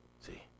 See